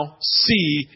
see